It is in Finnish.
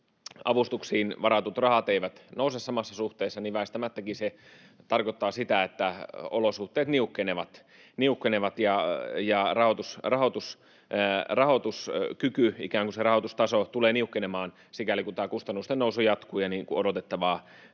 avustuksiin varatut rahat eivät nouse samassa suhteessa, se väistämättä tarkoittaa sitä, että olosuhteet niukkenevat ja rahoituskyky, ikään kuin se rahoitustaso, tulee niukkenemaan sikäli kuin tämä kustannusten nousu jatkuu, niin kuin odotettavaa